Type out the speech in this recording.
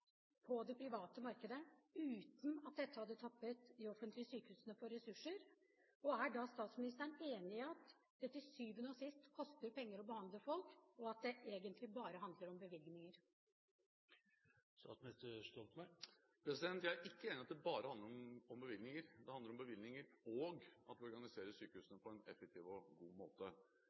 på det private markedet, uten at dette hadde tappet de offentlige sykehusene for ressurser? Og er da statsministeren enig i at det til syvende og sist koster penger å behandle folk, og at det egentlig bare handler om bevilgninger? Jeg er ikke enig i at det bare handler om bevilgninger – det handler om bevilgninger og at vi organiserer sykehusene på en effektiv og god måte.